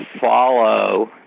follow